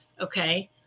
Okay